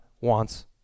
wants